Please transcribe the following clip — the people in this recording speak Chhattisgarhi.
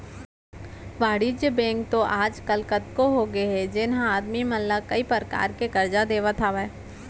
वाणिज्य बेंक तो आज काल कतको होगे हे जेन ह आदमी मन ला कई परकार के करजा देत हावय